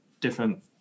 different